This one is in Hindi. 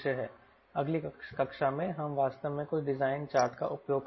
अगली कक्षा में हम वास्तव में कुछ डिज़ाइन चार्ट का उपयोग करेंगे